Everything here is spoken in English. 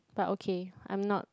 but okay I'm not